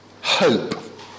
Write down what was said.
hope